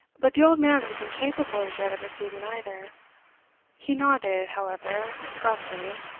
but the old man was incapable as yet of receiving either he nodded, however, gruffly,